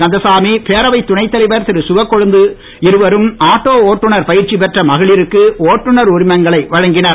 கந்தசாமி பேரவை துணை தலைவர் திரு சிவக்கொழுந்து இருவரும் ஆட்டோ ஓட்டுநர் பயிற்சி பெற்ற மகளிருக்கு ஓட்டுநர் உரிமங்களை வழங்கினர்